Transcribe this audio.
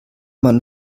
man